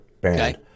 band